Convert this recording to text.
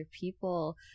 people